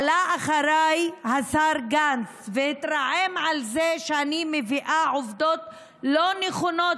עלה אחריי השר גנץ והתרעם על זה שאני מביאה עובדות לא נכונות,